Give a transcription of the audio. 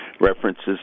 references